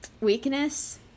weakness